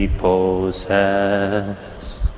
possess